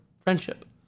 friendship